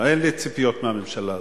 אין לי ציפיות מהממשלה הזאת,